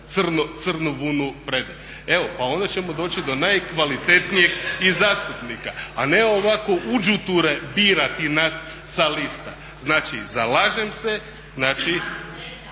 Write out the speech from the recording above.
crnu vunu prede. Evo, pa onda ćemo doći do najkvalitetnijeg i zastupnika a ne ovako uđuture birati nas sa lista. Znači zalažem se, znači